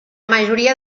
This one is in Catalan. majoria